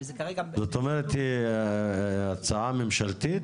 וזה כרגע - זאת אומרת היא הצעה ממשלתית?